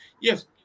Yes